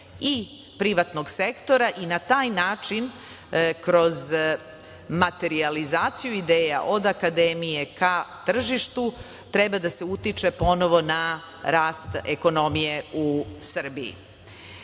i privatnog sektora i na taj način kroz materijalizaciju ideja od akademije ka tržištu treba da se utiče ponovo na rast ekonomije u Srbiji.U